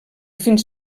fins